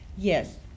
Yes